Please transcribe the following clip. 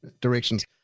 directions